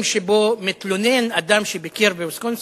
שעליהם מתלונן אדם שביקר בוויסקונסין,